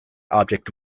object